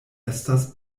estas